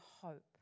hope